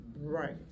right